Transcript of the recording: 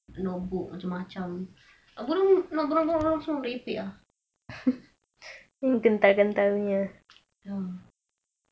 notebook macam-macam apa barang semua barang-barang merepek-repek ah